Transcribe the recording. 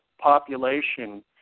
population